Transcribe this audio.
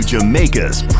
Jamaica's